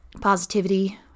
positivity